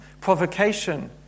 provocation